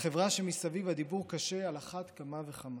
לחברה מסביב הדיבור קשה על אחת כמה וכמה.